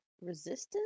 resistance